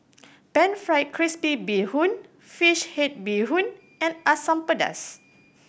Pan Fried Crispy Bee Hoon fish head bee hoon and Asam Pedas